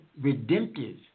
redemptive